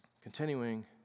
Continuing